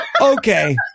Okay